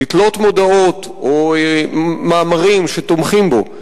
לתלות מודעות או מאמרים שתומכים בו.